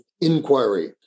inquiry